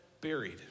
buried